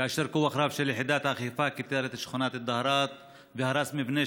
כאשר כוח גדול של יחידת האכיפה כיתר את שכונת א-דהראת והרס מבנה